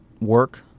work